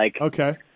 Okay